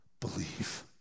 believe